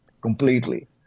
completely